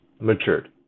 matured